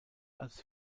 als